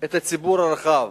את הציבור הרחב.